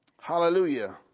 Hallelujah